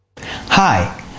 Hi